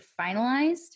finalized